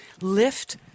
lift